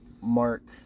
Mark